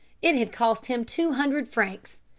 it had cost him two hundred francs.